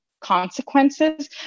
consequences